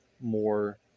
more